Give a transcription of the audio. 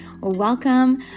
welcome